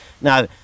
Now